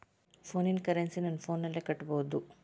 ಫೋನಿನ ಕರೆನ್ಸಿ ನನ್ನ ಫೋನಿನಲ್ಲೇ ಕಟ್ಟಬಹುದು?